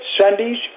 Sundays